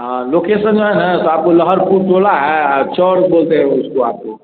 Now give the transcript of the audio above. हाँ लोकेशन जो है ना सो आपको लहरपुर टोला है आ चौर बोलते हैं उसको आप लोग